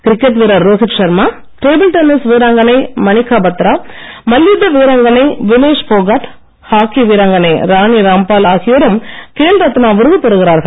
cricket வீரர் Rohit Sharma table tennis வீராங்கனை மணிகா பத்ரா மல்யுத்த வீராங்கனை வினேஷ் போகாட் ஹாக்கி வீராங்கனை ராணி ராம்பால் ஆகியோரும் கேல் ரத்னா விருது பெறுகிறார்கள்